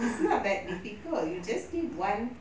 it's not that difficult you just need one